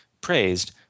praised